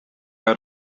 out